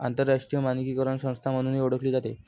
आंतरराष्ट्रीय मानकीकरण संस्था म्हणूनही ओळखली जाते